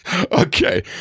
okay